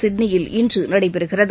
சிட்னியில் இன்று நடைபெறுகிறது